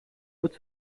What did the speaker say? haute